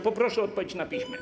Poproszę o odpowiedź na piśmie.